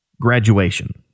graduation